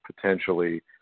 potentially